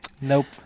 Nope